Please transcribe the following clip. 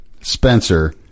Spencer